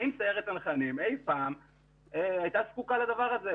האם סיירת צנחנים אי פעם הייתה זקוקה לדבר הזה.